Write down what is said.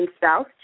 South